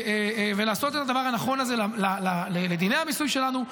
ולעשות את הדבר הנכון הזה לדיני המיסוי שלנו,